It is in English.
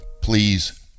Please